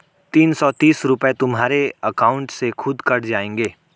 तीन सौ तीस रूपए तुम्हारे अकाउंट से खुद कट जाएंगे